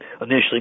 initially